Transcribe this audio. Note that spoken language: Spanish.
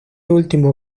último